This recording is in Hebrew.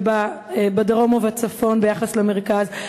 בדרום ובצפון ביחס למרכז,